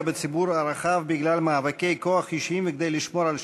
בציבור הרחב בגלל מאבקי כוח אישיים וכדי לשמור על שלטונו,